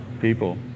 people